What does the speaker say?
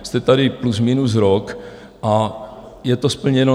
Jste tady plus minus rok a je to splněno?